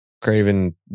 Craven